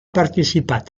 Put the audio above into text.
participat